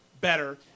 better